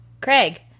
Craig